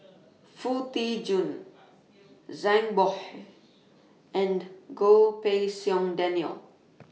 Foo Tee Jun Zhang Bohe and Goh Pei Siong Daniel